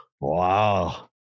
Wow